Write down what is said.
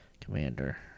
commander